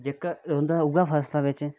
जेहका रौंह्दा उ'ऐ फसदा बिच